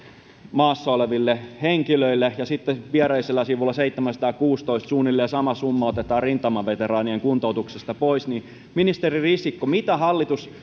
maassa oleville henkilöille ja sitten viereisellä sivulla seitsemäänsataankuuteentoista suunnilleen sama summa otetaan rintamaveteraanien kuntoutuksesta pois ministeri risikko mitä hallitus